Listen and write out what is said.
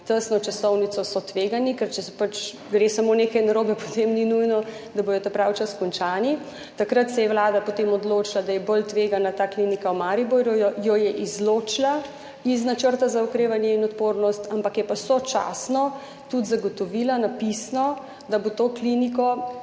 tesno časovnico, so tvegani. Ker če gre samo nekaj narobe, potem ni nujno, da bodo ta pravi čas končani. Takrat se je Vlada potem odločila, da je bolj tvegana ta klinika v Mariboru, jo je izločila iz Načrta za okrevanje in odpornost, je pa sočasno tudi zagotovila pisno, da bo to kliniko